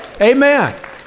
Amen